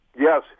Yes